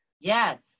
Yes